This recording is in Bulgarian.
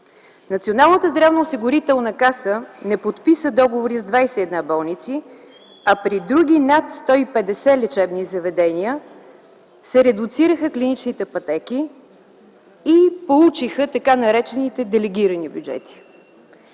Националната здравноосигурителна каса не подписа договори с 21 болници, при други – над 150 лечебни заведения, се редуцираха клиничните пътеки и получиха така наречените делегирани бюджети.